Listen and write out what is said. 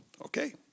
Okay